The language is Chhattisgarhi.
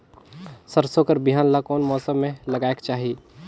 सरसो कर बिहान ला कोन मौसम मे लगायेक चाही?